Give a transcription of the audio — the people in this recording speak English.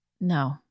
No